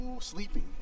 sleeping